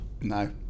No